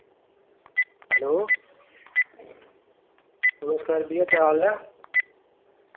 hello नमस्कार भैया क्या हाल है